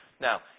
Now